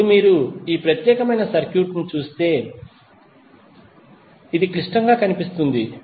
ఇప్పుడు మీరు ఈ ప్రత్యేకమైన సర్క్యూట్ చూస్తే ఇది క్లిష్టంగా కనిపిస్తుంది